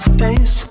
face